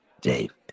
Dave